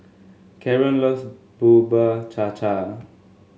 Karon loves Bubur Cha Cha